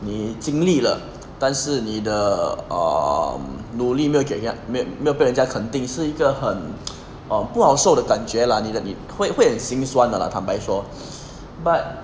你经历了但是你的 um 努力没有给人家没有被人家肯定是一个很 um 不好受的感觉 lah 你的你会会很心酸的 lah 坦白说 but